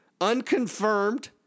unconfirmed